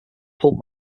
pulp